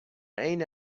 عین